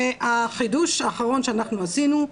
החידוש האחרון שאנחנו עשינו,